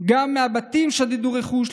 גם מהבתים שדדו רכוש,